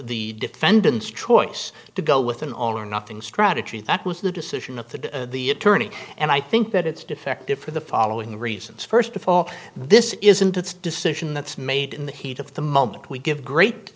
the defendant's choice to go with an all or nothing strategy that was the decision of the the attorney and i think that it's defective for the following reasons first of all this isn't its decision that's made in the heat of the moment we give great